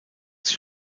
sich